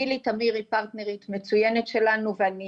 גילי תמיר היא פרטנרית מצוינת שלנו ואני